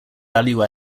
value